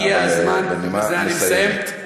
הגיע הזמן, בנימה מסיימת.